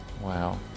Wow